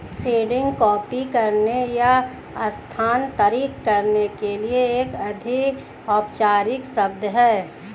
seeding copy करने या स्थानांतरित करने के लिए एक अधिक औपचारिक शब्द है